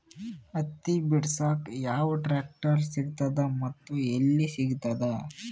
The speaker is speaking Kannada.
ಹತ್ತಿ ಬಿಡಸಕ್ ಯಾವ ಟ್ರಾಕ್ಟರ್ ಸಿಗತದ ಮತ್ತು ಎಲ್ಲಿ ಸಿಗತದ?